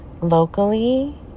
locally